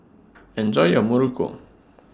Enjoy your Muruku